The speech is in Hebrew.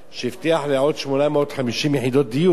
שהבטיח עוד 850 יחידות דיור,